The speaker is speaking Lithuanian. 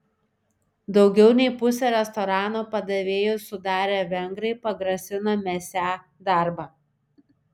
daugiau nei pusę restorano padavėjų sudarę vengrai pagrasino mesią darbą